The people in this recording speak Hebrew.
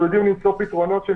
אנחנו יודעים למצוא פתרונות אחד